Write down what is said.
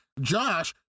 Josh